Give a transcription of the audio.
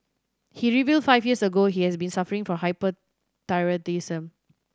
he revealed five years ago he has been suffering from hyperthyroidism